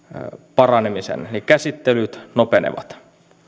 paranemisen eli käsittelyt nopeutuvat